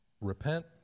repent